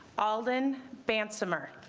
alden bant samer